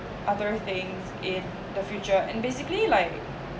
other things in the future and basically like